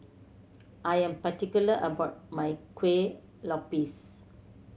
I am particular about my Kueh Lopes